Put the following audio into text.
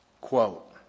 quote